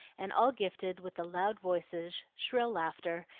and all gifted with the loud voices, shrill laughter,